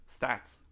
stats